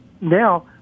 now